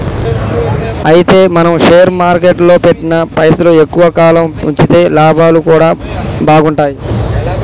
అయితే మనం షేర్ మార్కెట్లో పెట్టిన పైసలు ఎక్కువ కాలం ఉంచితే లాభాలు కూడా బాగుంటాయి